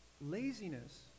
laziness